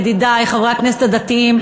ידידי חברי הכנסת הדתיים,